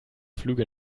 flüge